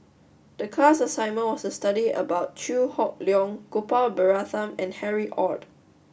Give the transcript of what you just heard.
the class assignment was to study about Chew Hock Leong Gopal Baratham and Harry Ord